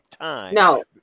No